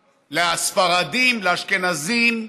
לספרדים, לאשכנזים,